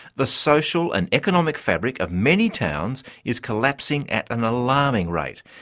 the social and economic fabric of many towns is collapsing at an alarming rate.